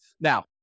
Now